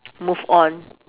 move on